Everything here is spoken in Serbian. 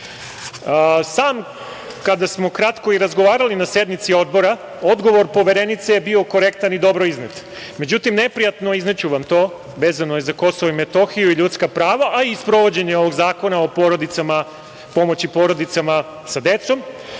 Tepić? Kada smo kratko razgovarali na sednici odbora, odgovor poverenice je bio korektan i dobro iznet, međutim, neprijatno i izneću vam to, vezano za KiM i ljudska prava, a i sprovođenje ovog Zakona o pomoći porodicama sa decom,